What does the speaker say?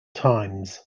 times